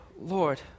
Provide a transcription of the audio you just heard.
Lord